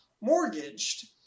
mortgaged